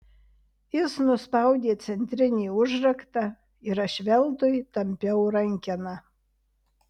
jis nuspaudė centrinį užraktą ir aš veltui tampiau rankeną